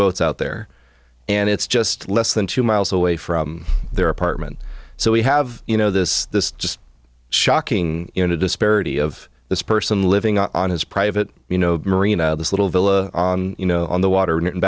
boats out there and it's just less than two miles away from their apartment so we have you know this this just shocking in a disparity of this person living on his private you know marina this little villa on you know on the water and